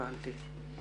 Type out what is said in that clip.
הבנתי.